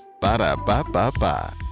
Ba-da-ba-ba-ba